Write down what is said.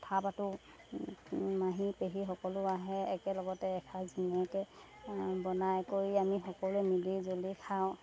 কথা পাতোঁ মাহী পেহী সকলো আহে একেলগতে এসাঁজ ধুনীয়াকৈ বনাই কৰি আমি সকলোৱে মিলিজুলি খাওঁ